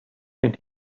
and